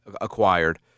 acquired